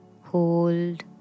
hold